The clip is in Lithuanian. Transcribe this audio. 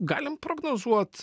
galim prognozuot